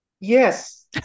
yes